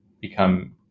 become